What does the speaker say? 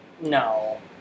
No